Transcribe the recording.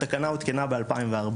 התקנה עודכנה ב-2014,